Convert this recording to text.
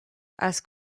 als